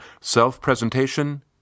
self-presentation